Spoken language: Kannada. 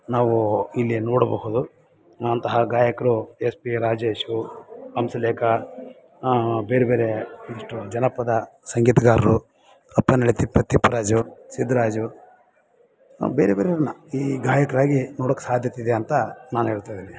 ನಾವು ಇಲ್ಲಿ ನೋಡಬಹುದು ಅಂತಹ ಗಾಯಕರು ಎಸ್ ಬಿ ರಾಜೇಶು ಹಂಸಲೇಖ ಬೇರೆಬೇರೆ ಇಷ್ಟು ಜನಪದ ಸಂಗೀತಗಾರರು ಅಪ್ಪನಳ್ಳಿ ತಿಪ್ಪ ತಿಪ್ಪ್ರಾಜು ಸಿದ್ದ್ರಾಜು ಬೇರೆ ಬೇರೆಯರನ್ನ ಈ ಗಾಯಕರಾಗಿ ನೋಡೋಕ್ಕೆ ಸಾಧ್ಯತೆ ಇದೆ ಅಂತ ನಾನು ಹೇಳ್ತಾಯಿದ್ದೀನಿ